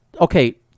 okay